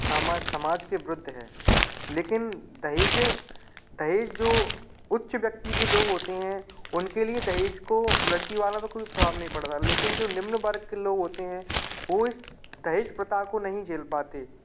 समाज समाज के विरुद्ध है लेकिन दहेज दहेज जो उच्च व्यक्ति के लोग होते हैं उनके लिए दहेज को लड़की वाला तो कोई प्रभाव नहीं पड़ता लेकिन जो निम्न वर्ग के लोग होते हैं वो इस दहेज प्रथा को नहीं झेल पाते